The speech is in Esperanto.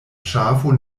ŝafo